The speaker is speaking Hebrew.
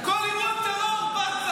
יו"ר המפלגה שלך, כל אירוע טרור שהיה,